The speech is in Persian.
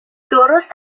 درست